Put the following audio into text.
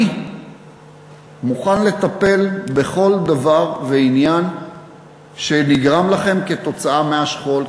אני מוכן לטפל בכל דבר ועניין שנגרם לכם כתוצאה מהשכול,